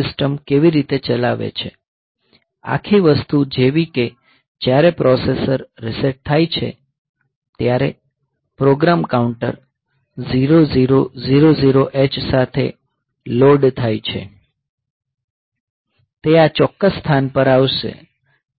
હવે સિસ્ટમ કેવી રીતે ચલાવે છે આખી વસ્તુ જેવી કે જ્યારે પ્રોસેસર રીસેટ થાય છે ત્યારે પ્રોગ્રામ કાઉન્ટર 0000 H સાથે લોડ થાય છે તે આ ચોક્કસ સ્થાન પર આવશે